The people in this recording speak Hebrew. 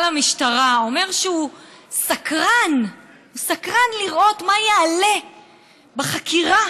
המשטרה אומר שהוא סקרן לראות מה יעלה בחקירה